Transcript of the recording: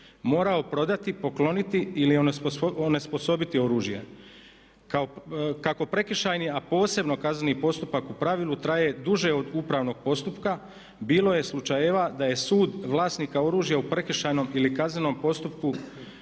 morao prodati, pokloniti ili onesposobiti oružje. Kako prekršajni, a posebno kazneni postupak u pravilu traje duže od upravnog postupka bilo je slučajeva da je sud vlasnika oružja u prekršajnom ili kaznenom postupku